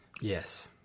Yes